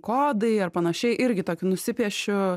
kodai ar panašiai irgi tokį nusipiešiu